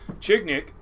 Chignik